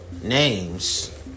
names